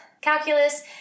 calculus